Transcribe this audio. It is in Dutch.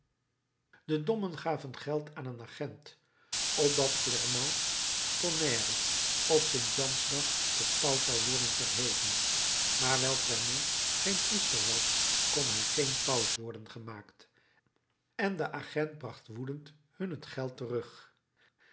de dommen gaven geld aan een agent opdat clermont tonnerre op st jansdag tot paus zou worden verheven maar wijl clermont geen priester was kon hij geen paus worden gemaakt en de agent bracht woedend hun het geld terug